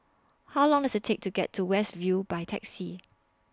How Long Does IT Take to get to West View By Taxi